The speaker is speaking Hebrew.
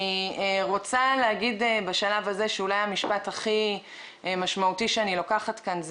בשלב הזה אני רוצה להגיד שאולי המשפט הכי משמעותי שאני לוקחת מכאן הוא